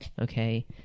okay